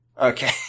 Okay